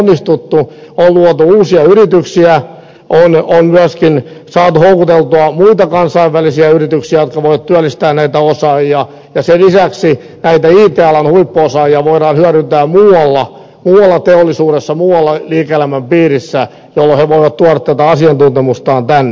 on luotu uusia yrityksiä on myöskin saatu houkuteltua muita kansainvälisiä yrityksiä jotka voivat työllistää näitä osaajia ja sen lisäksi näitä it alan huippuosaajia voidaan hyödyntää muualla teollisuudessa muualla liike elämän piirissä jolloin he voivat tuoda tätä asiantuntemustaan tänne